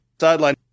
sideline